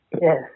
Yes